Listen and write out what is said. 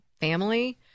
family